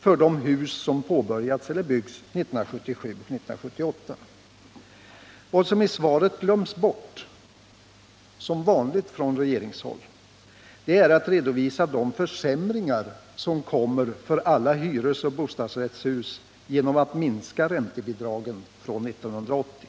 för de hus som påbörjats eller byggts 1977-1978. Vad som i svaret glömts bort — som vanligt från regeringshåll — är att redovisa de försämringar som kommer för alla hyresoch bostadsrättshus genom att räntebidragen minskas från 1980.